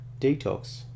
detox